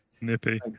nippy